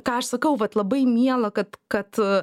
ką aš sakau vat labai miela kad kad